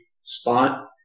spot